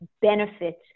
benefits